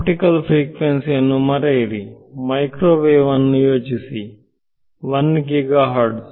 optical frequency ಅನ್ನು ಮರೆಯಿರಿ microwave ಅನ್ನು ಯೋಚಿಸಿ 1 ಗಿಗ ಹರ್ಟ್ಜ್